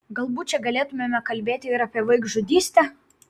galbūt čia galėtumėme kalbėti ir apie vaikžudystę